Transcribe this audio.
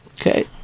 Okay